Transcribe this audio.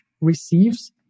receives